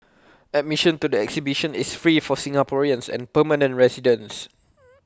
admission to the exhibition is free for Singaporeans and permanent residents